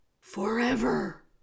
forever